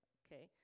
okay